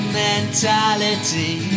mentality